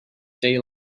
day